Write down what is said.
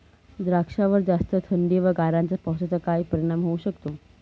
द्राक्षावर जास्त थंडी व गारांच्या पावसाचा काय परिणाम होऊ शकतो?